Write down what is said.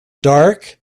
dark